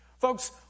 Folks